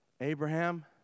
Abraham